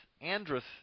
Andrus